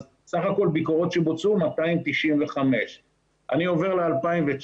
אז בסך הכל ביקורות שבוצעו 295. אני עובר ל-2019